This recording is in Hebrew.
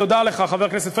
תודה לך, חבר הכנסת פריג'.